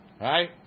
Right